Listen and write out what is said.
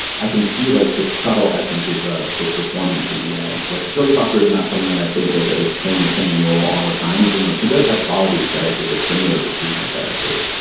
i can see like the subtle essences of this performance in a way like jodie foster is not someone that i think of as playing the same role all the time. you know, she does have qualities that i think are similar between her characters.